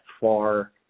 far